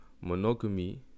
monogamy